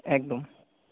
একদম